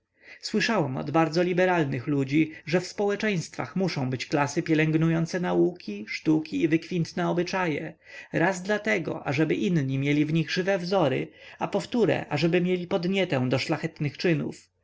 słyszałam od bardzo liberalnych ludzi że w społeczeństwach muszą być klasy pielęgnujące nauki sztuki i wykwintne obyczaje raz dlatego ażeby inni mieli w nich żywe wzory a powtóre ażeby mieli podnietę do szlachetnych czynów